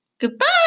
Goodbye